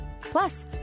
Plus